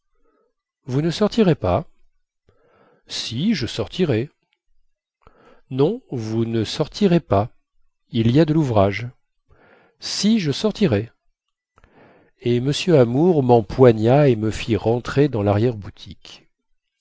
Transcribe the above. vous ne sortirez pas si je sortirai non vous ne sortirez pas il y a de louvrage si je sortirai et m amour mempoigna et me fit rentrer dans